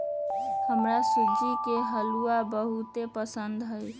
हमरा सूज्ज़ी के हलूआ बहुते पसिन्न हइ